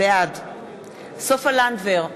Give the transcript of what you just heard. בעד סופה לנדבר,